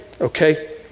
Okay